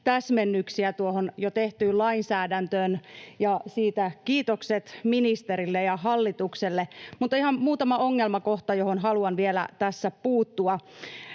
täsmennyksiä tuohon jo tehtyyn lainsäädäntöön, ja siitä kiitokset ministerille ja hallitukselle, mutta ihan muutama ongelmakohta, joihin haluan vielä tässä puuttua.